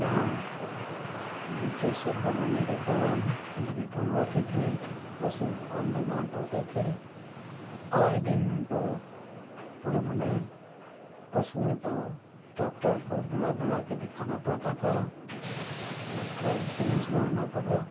जहाँ नीचे सेड बनाने के कारण गंदगी कम रहती थी पशु कम बीमार पड़ते थे आये दिन उनको पूर्व में पशुओं को डाक्टर को बुला बुला के दिखाना पड़ता था उसका इन्सोरेंस बनाना पड़ा